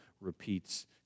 repeats